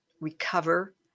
recover